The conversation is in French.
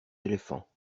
éléphant